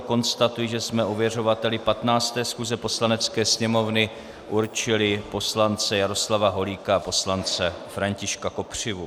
Konstatuji, že jsme ověřovateli 15. schůze Poslanecké sněmovny určili poslance Jaroslava Holíka a poslance Františka Kopřivu.